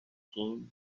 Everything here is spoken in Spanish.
quinn